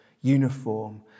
uniform